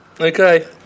Okay